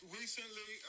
recently